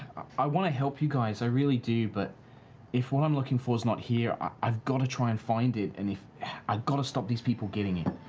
i want to help you guys, i really do, but if what i'm looking for is not here, i've got to try and find it. and i've got to stop these people getting it.